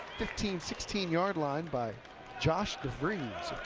fifteen, sixteen yard line by josh devries,